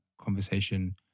conversation